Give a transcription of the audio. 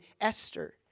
Esther